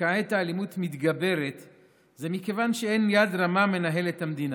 שכעת האלימות מתגברת זה מכיוון שאין יד רמה מנהלת את המדינה.